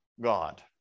God